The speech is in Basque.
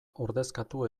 ordezkatu